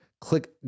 click